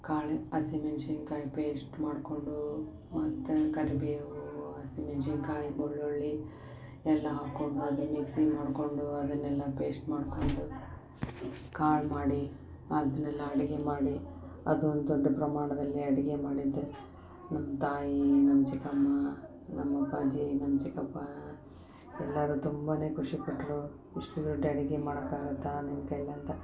ಕಾಳು ಹಸಿಮೆಣ್ಶಿನ್ಕಾಯಿ ಪೇಸ್ಟ್ ಮಾಡ್ಕೊಂಡೂ ಮತ್ತು ಕರಿಬೇವು ಹಸಿಮೆಣ್ಶಿನ್ಕಾಯಿ ಬೆಳ್ಳುಳ್ಳಿ ಎಲ್ಲ ಹಾಕೊಂಬಂದು ಮಿಕ್ಸಿ ಮಾಡ್ಕೊಂಡು ಅದನೆಲ್ಲ ಪೇಸ್ಟ್ ಮಾಡ್ಕೊಂಡು ಕಾಳು ಮಾಡಿ ಅದ್ನೆಲ್ಲ ಅಡಿಗೆ ಮಾಡಿ ಅದೊಂದು ದೊಡ್ಡ ಪ್ರಮಾಣದಲ್ಲಿ ಅಡಿಗೆ ಮಾಡಿದ್ದೆ ನಮ್ಮ ತಾಯಿ ನಮ್ಮ ಚಿಕಮ್ಮ ನಮ್ಮ ಅಪ್ಪಾಜಿ ನಮ್ಮ ಚಿಕಪ್ಪ ಎಲ್ಲರು ತುಂಬನೆ ಖುಷಿಪಟ್ರು ಇಷ್ಟ ದೊಡ್ಡ ಅಡಿಗೆ ಮಾಡಕ್ಕೆ ಆಗತ್ತಾ ನಿನ್ನ ಕೈಲಿ ಅಂತ